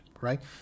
Right